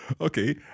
Okay